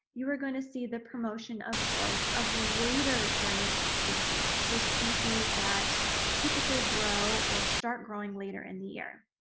you are going to see the promotion of growth of later germinating species, so species that typically grow or start growing later in the year.